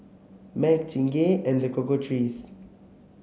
Mac Chingay and The Cocoa Trees